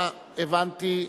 הבנתי.